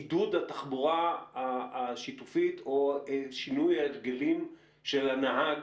עידוד התחבורה השיתופית או שינוי ההרגלים של הנהג,